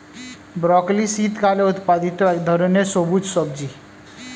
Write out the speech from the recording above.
broccoli শীতকালে উৎপাদিত এক ধরনের সবুজ সবজি